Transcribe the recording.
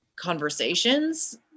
Conversations